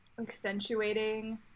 accentuating